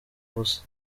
ubusa